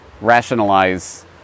rationalize